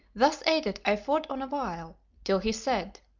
thus aided i fought on a while, till he said